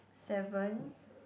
seven